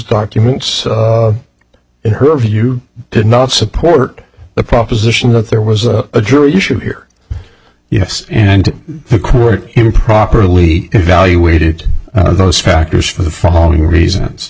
documents in her view did not support the proposition that there was a jury issue here yes and the court improperly evaluated those factors for the following reasons